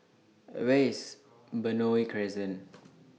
Where IS Benoi Crescent